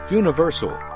universal